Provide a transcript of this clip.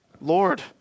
Lord